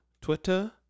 Twitter